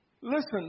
Listen